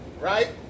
Right